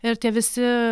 ir tie visi